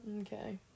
Okay